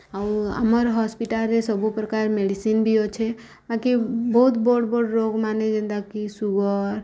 ଆଉ ଆମର୍ ହସ୍ପିଟାଲ୍ରେ ସବୁ ପ୍ରକାର୍ ମେଡ଼ିସିନ୍ ବି ଅଛେ ବାକି ବହୁତ୍ ବଡ଼୍ ବଡ଼୍ ରୋଗମାନେ ଯେନ୍ତାକି ସୁଗର୍